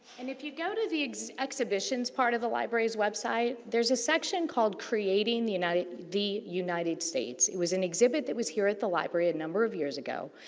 and, if you go to the exhibitions part of the library's website, there's a section called creating the united the united states. it was an exhibit that was here at the library a number of years ago.